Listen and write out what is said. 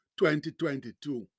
2022